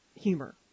Humor